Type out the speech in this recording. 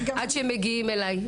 עד שמגיעים אליי.